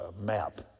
map